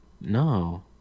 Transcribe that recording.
No